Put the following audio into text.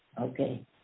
Okay